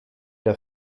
der